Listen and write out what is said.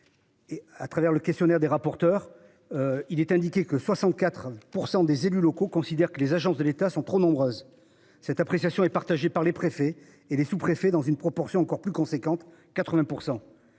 à travers le questionnaire des rapporteurs. Il est indiqué que 64% des élus locaux considèrent que les agences de l'État sont trop nombreuses cette appréciation est partagée par les préfets et les sous-préfets dans une proportion encore plus conséquente, 80%.